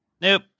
Nope